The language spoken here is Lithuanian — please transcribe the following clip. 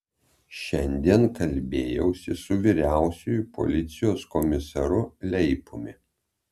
šiandien kalbėjausi su vyriausiuoju policijos komisaru leipumi